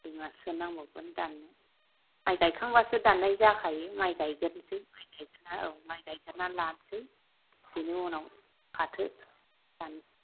दुइ माससो नांबावगोन दाननो माय गायखांबासो दाननाय जाखायो माय गायगोरसै माय गायगोरनानै औ माय गायगोरनानै लानोसै बिनि उनाव फाथो दानसै